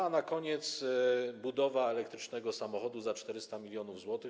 A na koniec budowa elektrycznego samochodu za 400 mln zł.